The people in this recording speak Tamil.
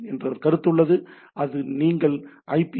எஸ்ஸின் ஒரு கருத்து உள்ளது அங்கு நீங்கள் ஐ